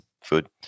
food